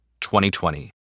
2020